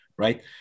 right